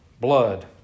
blood